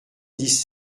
dix